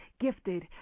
Gifted